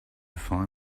find